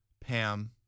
Pam